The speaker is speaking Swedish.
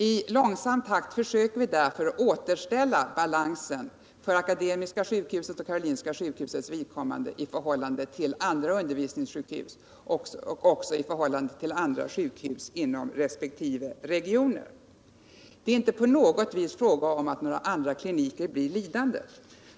I långsam takt försöker vi därför återställa balansen för akademiska sjukhusets och karolinska sjukhusets vidkommande i förhållande till andra undervisningssjukhus och även i förhållande till andra sjukhus inom resp. regioner. Det är inte på något vis fråga om att några andra kliniker blir lidande!